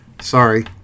sorry